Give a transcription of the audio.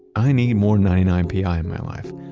i need more ninety nine pi in my life,